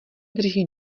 drží